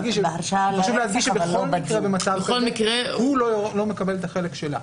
חשוב להדגיש שבכל מקרה במצב כזה הוא לא מקבל את החלק שלה